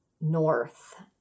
north